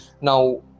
Now